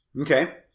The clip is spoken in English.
Okay